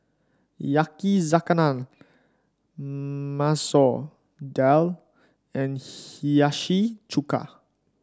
Yakizakana Masoor Dal and Hiyashi Chuka